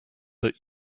but